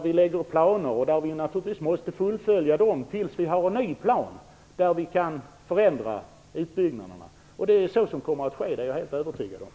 Vi lägger planer, och vi måste naturligtvis fullfölja dem tills vi har en ny plan där vi kan förändra utbyggnaderna. Jag är helt övertygad om att så kommer att ske.